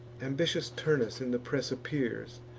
ambitious turnus in the press appears,